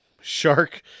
Shark